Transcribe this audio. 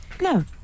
No